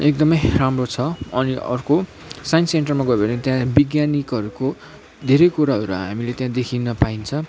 एकदमै राम्रो छ अनि अर्को साइन्स सेन्टरमा गोयो भने त्यहाँ वैज्ञानिकहरूको धेरै कुराहरू हामीले त्यहाँ देखिन पाइन्छ